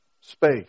space